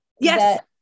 Yes